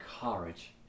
courage